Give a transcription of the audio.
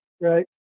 Right